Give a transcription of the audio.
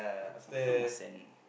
some people must send